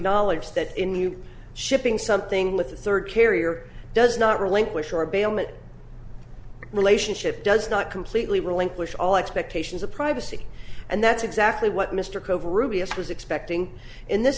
acknowledge that in new shipping something with a third carrier does not relinquish our bailment relationship does not completely relinquish all expectations of privacy and that's exactly what mr cove rubeus was expecting in this